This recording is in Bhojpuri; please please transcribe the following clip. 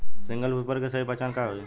सिंगल सुपर के सही पहचान का हई?